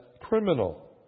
criminal